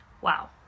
Wow